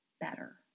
better